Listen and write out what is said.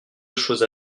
choses